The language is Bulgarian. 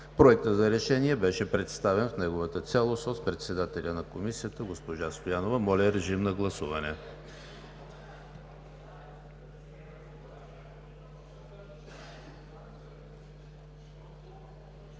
Проектът за решение беше представен в неговата цялост от председателя на Комисията госпожа Стоянова. Моля, гласувайте.